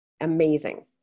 Amazing